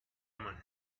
man